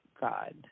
God